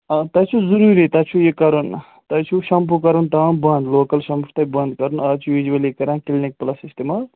آ تۄہہِ چھُو ضٔروٗری تۄہہِ چھُو یہِ کرُن تۄہہِ چھُو شَمپوٗ کرُن تام بنٛد لوکَل شَمپوٗ چھُو تۄہہِ بنٛد کرُن اَز چھُ یوٗجؤلی کران کِلنَک پٕلَس اِستعمال